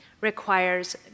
requires